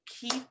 keep